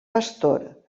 pastor